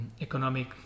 economic